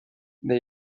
the